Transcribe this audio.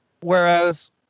whereas